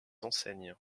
enseignes